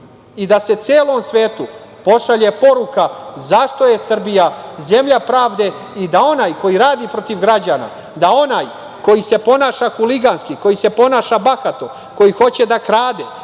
i da se celom svetu pošalje poruka zašto je Srbija zemlja pravde i da onaj koji radi protiv građana, da onaj koji se ponaša huliganski, koji se ponaša bahato, koji hoće da krade,